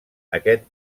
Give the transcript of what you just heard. aquest